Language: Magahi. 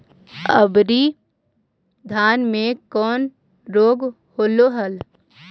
अबरि धाना मे कौन रोग हलो हल?